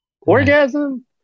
orgasm